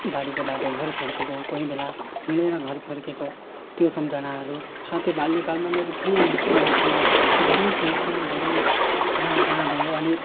गाडीको बाटो घर फर्केको कोही बेला हिँडेर घर फर्केको त्यो सम्झनाहरू साथै बाल्यकालमा मेरो प्रिय मित्रहरूसँग धेरै खेल्थ्यौँ धेरै कहाँ कहाँ गयौँ अनि